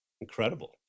Incredible